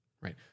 right